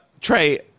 Trey